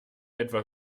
etwa